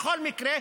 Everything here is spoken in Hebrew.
בכל מקרה,